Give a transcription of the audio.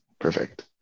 perfect